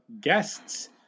guests